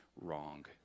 wrong